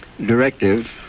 directive